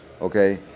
okay